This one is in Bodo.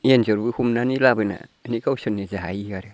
एन्जरबो हमनानै लाबोनानै गावसोरनो जायो आरो